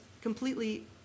completely